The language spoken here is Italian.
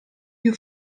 più